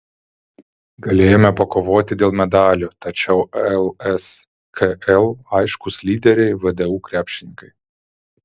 galėjome pakovoti dėl medalių tačiau lskl aiškūs lyderiai vdu krepšininkai